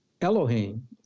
Elohim